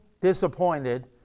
disappointed